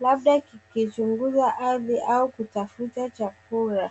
labda likichunguza aridhi au kutafuta chakula.